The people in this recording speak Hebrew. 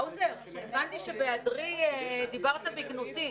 האוזר, הבנתי שבהיעדרי דיברת בגנותי.